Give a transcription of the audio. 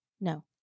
No